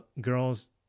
Girls